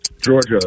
Georgia